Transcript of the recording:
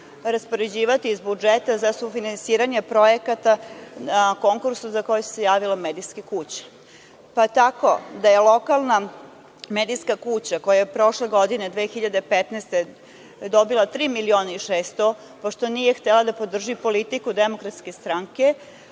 raspoređivati iz budžeta za sufinansiranje projekata na konkursu na koji su se javile medijske kuće. Tako je lokalna medijska kuća koja je prošle godine 2015. dobila 3.600.000, pošto nije htela da podrži politiku DS, u ovoj godini,